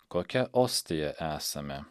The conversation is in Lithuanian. kokia ostija esame